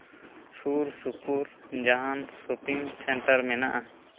ᱥᱩᱨᱼᱥᱩᱯᱩᱨ ᱡᱟᱦᱟᱱ shopping center ᱢᱮᱱᱟᱜᱼᱟ